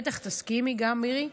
מירי,